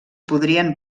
podrien